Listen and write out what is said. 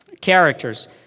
characters